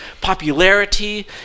popularity